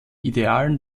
idealen